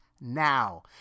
now